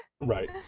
right